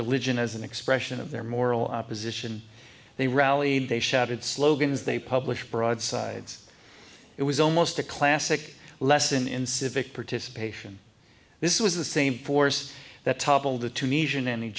religion as an expression of their moral opposition they rallied they shouted slogans they published broadsides it was almost a classic lesson in civic participation this was the same force that toppled the tunisian and